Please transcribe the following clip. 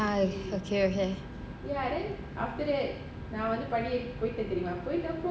ah ok ok